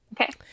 Okay